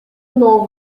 novo